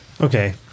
Okay